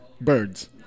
Birds